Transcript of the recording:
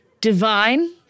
divine